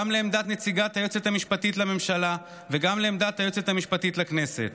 לעמדת נציגת היועצת המשפטית לממשלה וגם לעמדת היועצת המשפטית לכנסת.